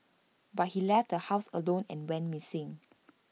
but he left the house alone and went missing